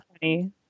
funny